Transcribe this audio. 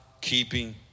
keeping